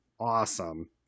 awesome